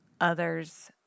others